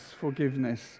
forgiveness